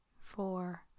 four